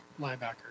linebacker